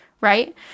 right